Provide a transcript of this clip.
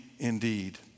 Indeed